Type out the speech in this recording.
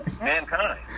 mankind